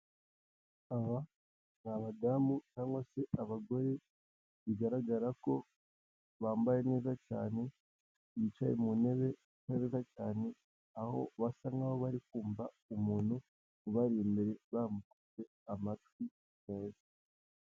Aba ni abadamu cyangwa se abagore, bigaragara ko bambaye neza cyane, bicaye mu ntebe zisa neza cyane, aho basa nkaho bari kumva umuntu ubari imbere, bamuteze amatwi neza.